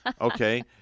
Okay